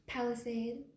Palisade